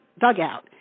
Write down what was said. dugout